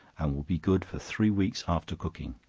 and will be good for three weeks after cooking.